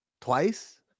Twice